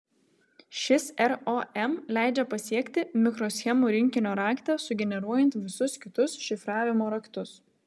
šis rom leidžia pasiekti mikroschemų rinkinio raktą sugeneruojant visus kitus šifravimo raktus